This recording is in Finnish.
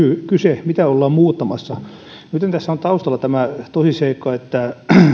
kyse mitä ollaan muuttamassa nytten tässä on taustalla tämä tosiseikka että